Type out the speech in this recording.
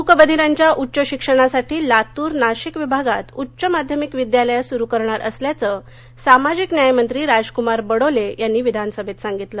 मूकबधीरांच्या उच्च शिक्षणासाठी लातूर नाशिक विभागात उच्च माध्यमिक विद्यालय सुरु करणार असं सामाजिक न्यायमंत्री राजकुमार बडोले यांनी विधानसभेत सांगितलं